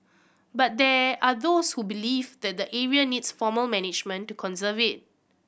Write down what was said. but there are those who believe that the area needs formal management to conserve it